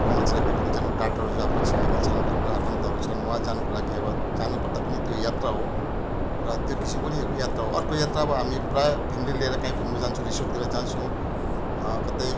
आफ्नो मान्छेलाई भेट्नु जानु टाढटाढो आफ्नो छिमेकी छन् आफ्नो आफन्तहरू छन् वहाँ जानुको लागि अब जानुपर्दा पनि त्यो यात्रा हो र त्यो किसिमको पनि यात्रा हो अर्को यात्रा अब हामी प्रायः फ्यामिली लिएर कहीँ घुम्नु जान्छौँ रिसोर्टतिर जान्छौँ कतै